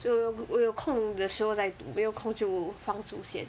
so 我有我有空的时候再读没有空就放住先